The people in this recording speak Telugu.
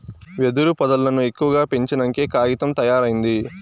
వెదురు పొదల్లను ఎక్కువగా పెంచినంకే కాగితం తయారైంది